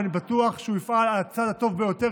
ואני בטוח שהוא יפעל על הצד הטוב ביותר